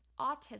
autism